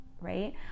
right